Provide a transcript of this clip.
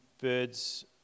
birds